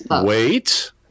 Wait